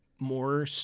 More